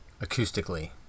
acoustically